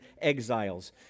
exiles